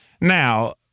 now